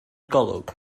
golwg